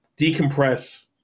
decompress